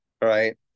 Right